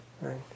Right